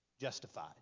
justified